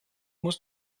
muss